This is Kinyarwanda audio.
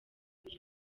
uyu